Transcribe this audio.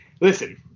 Listen